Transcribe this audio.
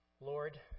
Lord